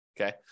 Okay